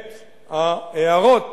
את ההערות